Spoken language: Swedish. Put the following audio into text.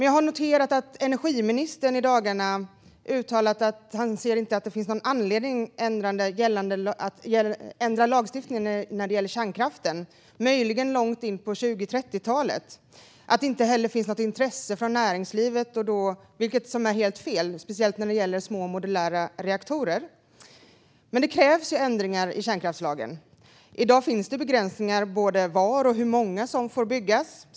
Jag har noterat att energiministern i dagarna har uttalat att han inte ser att det finns någon anledning att ändra lagstiftningen när det gäller kärnkraften, möjligen långt in på 2030-talet, och att det inte heller finns något intresse från näringslivet. Det är helt fel, speciellt när det gäller små modulära reaktorer, men det krävs ändringar i kärnkraftslagen. I dag finns det begränsningar för både var de får byggas och hur många.